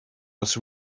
was